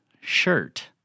shirt